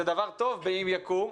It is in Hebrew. זה דבר טוב אם יקום,